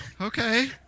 Okay